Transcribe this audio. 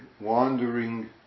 wandering